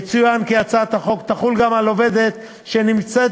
יצוין כי הצעת החוק תחול גם על עובדת שנמצאת